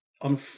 on